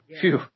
Phew